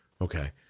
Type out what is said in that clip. Okay